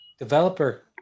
Developer